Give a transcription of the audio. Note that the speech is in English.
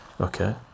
okay